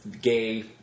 gay